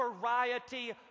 variety